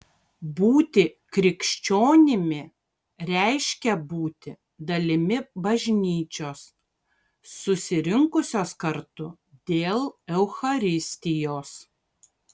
būti krikščionimi reiškia būti dalimi bažnyčios susirinkusios kartu dėl eucharistijos